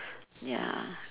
ya